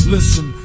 Listen